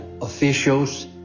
officials